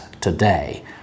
today